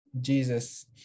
Jesus